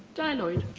dai lloyd